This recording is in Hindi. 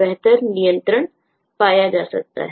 बेहतर नियंत्रण पाया जा सकता है